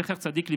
זכר צדיק לברכה,